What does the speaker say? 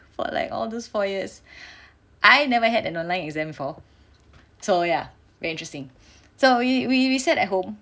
for like all those four years I never had an online exam before so ya very interesting so we we we sat at home